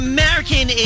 American